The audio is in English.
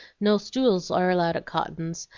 no stools are allowed at cotton's,